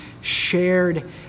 shared